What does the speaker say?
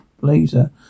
blazer